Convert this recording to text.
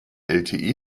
lte